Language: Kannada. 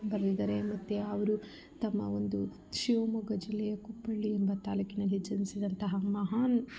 ಬರೆದಿದಾರೆ ಮತ್ತು ಅವರು ತಮ್ಮ ಒಂದು ಶಿವಮೊಗ್ಗ ಜಿಲ್ಲೆಯ ಕುಪ್ಪಳ್ಳಿ ಎಂಬ ತಾಲೂಕಿನಲ್ಲಿ ಜನಿಸಿದಂತಹ ಮಹಾನ್